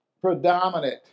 predominant